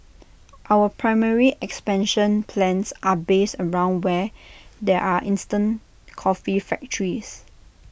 our primary expansion plans are based around where there are instant coffee factories